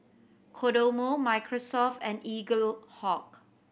Kodomo Microsoft and Eaglehawk